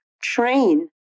train